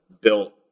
built